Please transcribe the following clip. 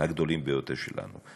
הגדולים ביותר שלנו.